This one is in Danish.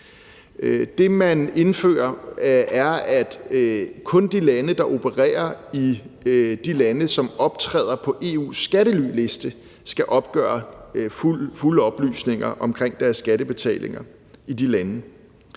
Det, man indfører, er, at kun de selskaber, der opererer i de lande, som optræder på EU’s skattelyliste, skal afgive fulde oplysninger omkring deres skattebetalinger i de lande.